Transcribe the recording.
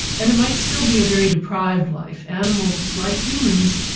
and it might still be a very deprived life. animals, like humans,